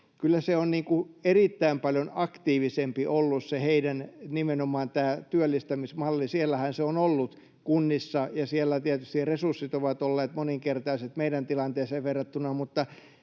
on erittäin paljon aktiivisempi ollut. Siellähän se on ollut kunnissa, ja siellä tietysti resurssit ovat olleet moninkertaiset meidän tilanteeseemme verrattuna.